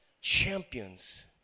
champions